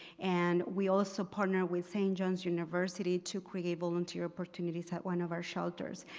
and we also partnered with st. john's university to create volunteer opportunities at one of our shelters.